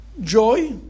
joy